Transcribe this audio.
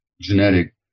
genetic